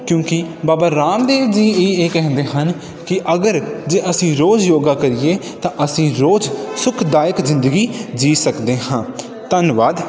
ਕਿਉਂਕਿ ਬਾਬਾ ਰਾਮਦੇਵ ਜੀ ਇ ਇਹ ਕਹਿੰਦੇ ਹਨ ਕੇ ਅਗਰ ਜੇ ਅਸੀਂ ਰੋਜ਼ ਯੋਗਾ ਕਰੀਏ ਤਾਂ ਅਸੀਂ ਰੋਜ਼ ਸੁਖਦਾਇਕ ਜਿੰਦਗੀ ਜੀ ਸਕਦੇ ਹਾਂ ਧੰਨਵਾਦ